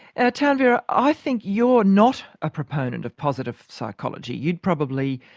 ah tanveer, i think you're not a proponent of positive psychology. you'd probably